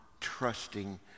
trusting